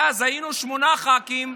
ואז היינו שמונה ח"כים,